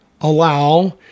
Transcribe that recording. allow